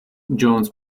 jones